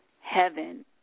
heaven